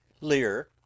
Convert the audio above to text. Lear